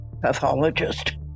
pathologist